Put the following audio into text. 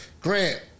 Grant